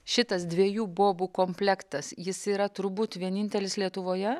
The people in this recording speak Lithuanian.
šitas dviejų bobų komplektas jis yra turbūt vienintelis lietuvoje